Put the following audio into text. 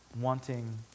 wanting